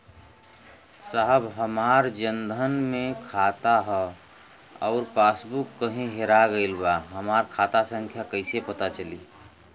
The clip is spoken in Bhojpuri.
साहब हमार जन धन मे खाता ह अउर पास बुक कहीं हेरा गईल बा हमार खाता संख्या कईसे पता चली?